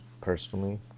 personally